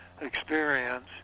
experience